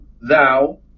thou